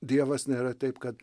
dievas nėra taip kad